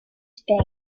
speed